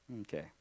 Okay